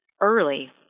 early